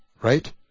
Right